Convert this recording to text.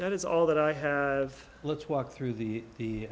that is all that i have let's walk through the the